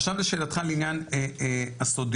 עכשיו לשאלתך לעניין הסודיות,